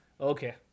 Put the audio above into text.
Okay